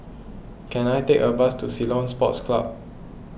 can I take a bus to Ceylon Sports Club